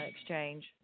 Exchange